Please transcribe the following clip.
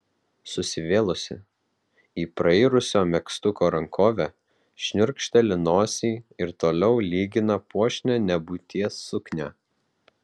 susivėlusi į prairusio megztuko rankovę šniurkšteli nosį ir toliau lygina puošnią nebūties suknią